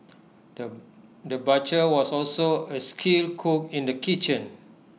the butcher was also A skilled cook in the kitchen